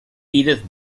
edith